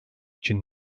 için